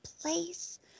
place